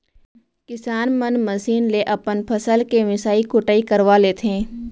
किसान मन मसीन ले अपन फसल के मिसई कुटई करवा लेथें